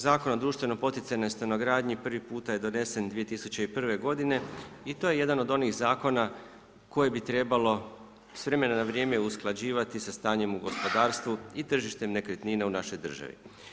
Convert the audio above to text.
Zakon o društveno poticajnoj stanogradnji prvi puta je donesen 2001. godine i to je jedan od onih zakona koje bi trebalo s vremena na vrijeme usklađivati sa stanjem u gospodarstvu i tržištem nekretnina u našoj državi.